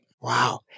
Wow